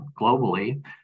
globally